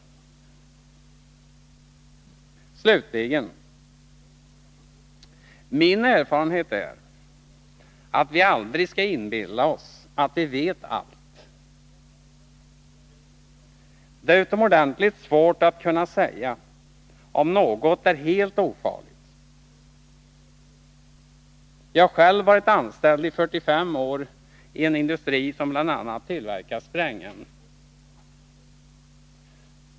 mark Slutligen: Min erfarenhet är att vi aldrig skall inbilla oss att vi vet allt. Det är utomordentligt svårt att säga om något är helt ofarligt. Jag har själv varit anställd i 45 år i en industri som bl.a. tillverkar sprängämnen.